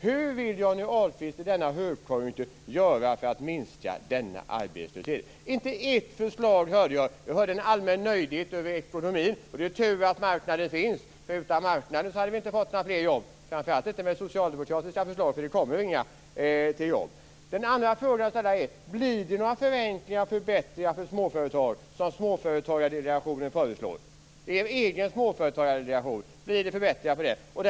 Hur vill Johnny Ahlqvist i denna högkonjunktur göra för att minska denna arbetslöshet? Jag hörde inte ett enda förslag. Jag hörde en allmän nöjdhet över ekonomin. Det är tur att marknaden finns. Utan marknaden hade vi inte fått några fler jobb, framför allt inte med socialdemokratiska förslag till fler jobb, för det kommer ju inga. Den andra frågan jag vill ställa är: Blir det några förenklingar och förbättringar för småföretag som Småföretagsdelegationen föreslår? Det är er egen småföretagsdelegation, men blir det några förbättringar?